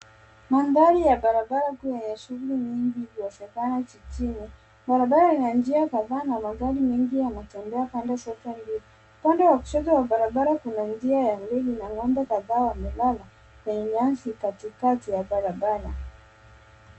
Mandhari ya barabara kuu yenye shughuli nyingi sikionekana mjini. Barabara ina njia kadhaa na magari mengi ya yanatembea pande zote mbili pande wa kushoto barabara kuna njia ya reli na ngombe kadhaa wamelala kwenye nyasi katikati ya barabara.